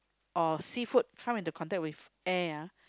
or seafood come into contact with air ah